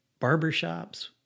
barbershops